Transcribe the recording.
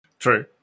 True